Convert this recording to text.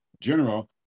General